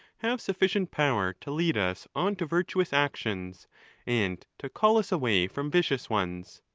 have sufficient power to lead us on to virtuous actions and to call us away from vicious ones.